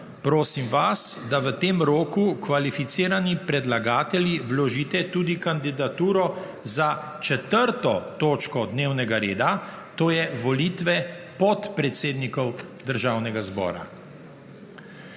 Prosim vas, da v tem roku kvalificirani predlagatelji vložite tudi kandidaturo za 4. točko dnevnega reda, to je Volitve podpredsednikov Državnega zbora.